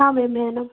हाँ मैम